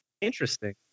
interesting